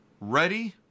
Ready